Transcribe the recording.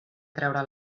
treure